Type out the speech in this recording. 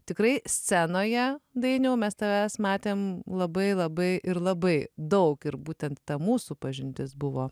tikrai scenoje dainiau mes tavęs matėm labai labai ir labai daug ir būtent ta mūsų pažintis buvo